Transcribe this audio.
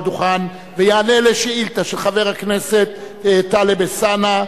דוכן ויענה על שאילתא של חבר הכנסת טלב אלסאנע,